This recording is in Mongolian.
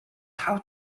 тав